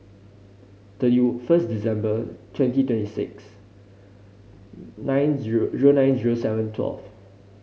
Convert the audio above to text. thirty first December twenty twenty six nine zero zero nine zero seven twelve